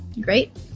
Great